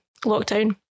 lockdown